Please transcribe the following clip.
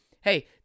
Hey